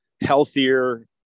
healthier